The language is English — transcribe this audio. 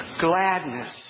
gladness